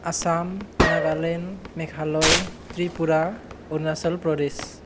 Assam Nagaland Meghalaya Tripura Arunachal Pradesh